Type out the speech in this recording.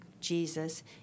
Jesus